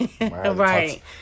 Right